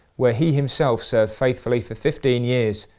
where he himself served faithfully for fifteen years,